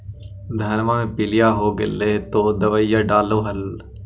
धनमा मे पीलिया हो गेल तो दबैया डालो हल?